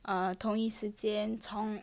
uh 同一时间从